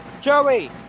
Joey